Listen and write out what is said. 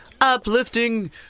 uplifting